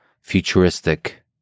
futuristic